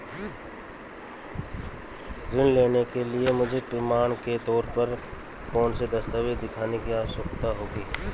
ऋृण लेने के लिए मुझे प्रमाण के तौर पर कौनसे दस्तावेज़ दिखाने की आवश्कता होगी?